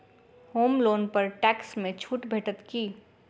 होम loan पर tax मे छुट भेटत की